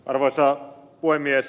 arvoisa puhemies